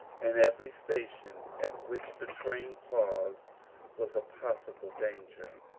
and every station at which the train paused was a possible danger.